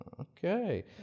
Okay